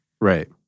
Right